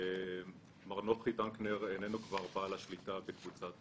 מר נוחי דנקנר איננו בעל השליטה בקבוצת